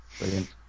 Brilliant